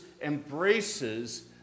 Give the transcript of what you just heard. embraces